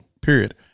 Period